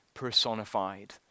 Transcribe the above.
Personified